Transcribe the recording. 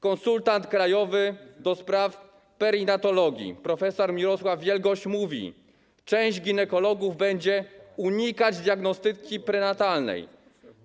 Konsultant krajowy do spraw perinatologii prof. Mirosław Wielgoś mówi: Część ginekologów będzie unikać diagnostyki prenatalnej.